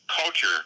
culture